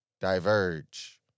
diverge